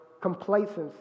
complacency